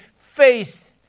face